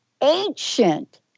ancient